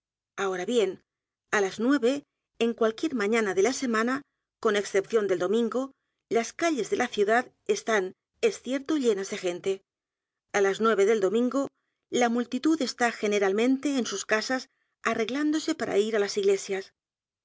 ahora bien a l a s nueve en cualquier mañana de la semana con excepción del domingo las calles de la ciudad están es cierto llenas de gente a las nueve del domingo la multitud está generalmente en sus casas arreglándose para ir á las iglesias